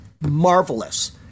marvelous